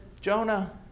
Jonah